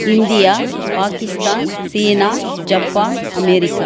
India Pakistan China Japan America